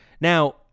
Now